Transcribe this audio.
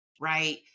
right